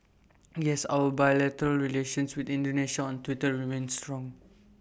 yes our bilateral relations with Indonesia on Twitter remains strong